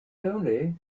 only